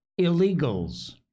illegals